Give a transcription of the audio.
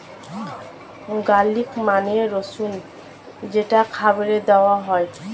garlic মানে রসুন যেটা খাবারে দেওয়া হয়